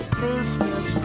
Christmas